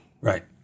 right